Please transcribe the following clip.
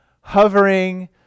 hovering